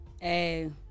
Hey